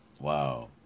wow